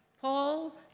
Paul